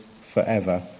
forever